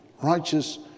righteous